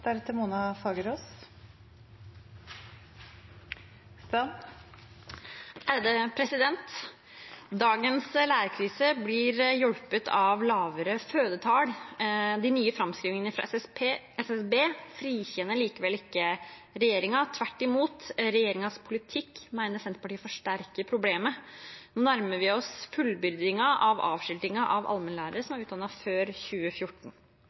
Dagens lærerkrise blir hjulpet av lavere fødetall. De nye framskrivingene fra SSB frikjenner likevel ikke regjeringen, tvert imot, Senterpartiet mener at regjeringens politikk forsterker problemet. Nå nærmer vi oss fullbyrdingen av avskiltingen av allmennlærere som er utdannet før 2014.